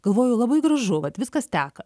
galvoju labai gražu vat viskas teka